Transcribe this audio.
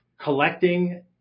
collecting